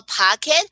pocket